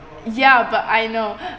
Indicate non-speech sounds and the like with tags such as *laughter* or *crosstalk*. ya but I know *breath*